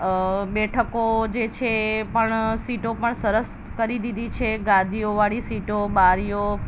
બેઠકો જે છે એ પણ સીટો પણ સરસ કરી દીધી છે ગાદીઓવાળી સીટો બારીઓ